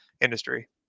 industry